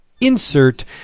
insert